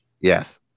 yes